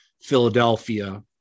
Philadelphia